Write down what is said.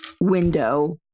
window